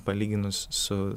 palyginus su